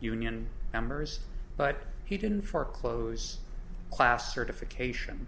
union members but he didn't foreclose class certification